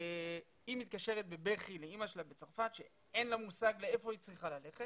היא מתקשרת בבכי לאמא שלה בצרפת שאין לה מושג לאיפה היא צריכה ללכת.